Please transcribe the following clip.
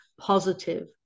positive